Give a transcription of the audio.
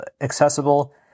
accessible